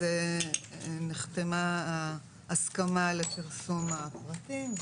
נחתמה ההסכמה על פרסום הפרטים,